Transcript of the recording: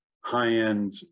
high-end